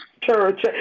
church